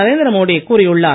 நரேந்திர மோடி கூறியுள்ளார்